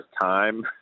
time